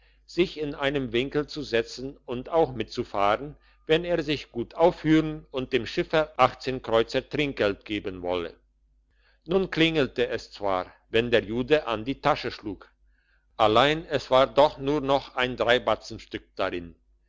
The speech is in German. sich in einen winkel zu setzen und auch mitzufahren wenn er sich gut aufführen und dem schiffer achtzehn kreuzer trinkgeld geben wolle nun klingelte es zwar wenn der jude an die tasche schlug allein es war doch nur noch ein dreibatzenstück darin